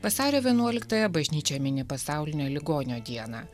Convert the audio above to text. vasario vienuoliktąją bažnyčia mini pasaulinę ligonio dieną